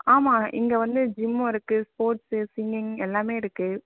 ஆமாம் இங்கே வந்து ஜிம்மு இருக்குது ஸ்போர்ட்ஸு சிங்கிங் எல்லாமே இருக்குது